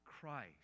Christ